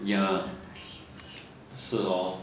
ya 是 hor